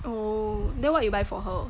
oh then what you buy for her